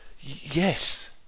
yes